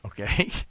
Okay